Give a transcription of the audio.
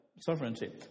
sovereignty